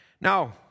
Now